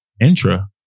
intra